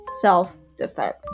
self-defense